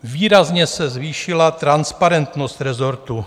Výrazně se zvýšila transparentnost resortu.